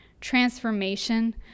transformation